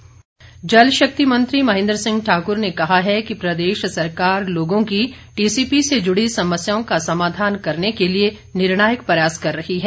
महेन्द्र सिंह ठाक्र जल शक्ति मंत्री महेन्द्र सिंह ठाकुर ने कहा है कि प्रदेश सरकार लोगों की टीसीपी से जुड़ी समस्याओं का समाधान करने के लिए निर्णायक प्रयास कर रही है